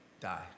die